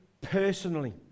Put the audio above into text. personally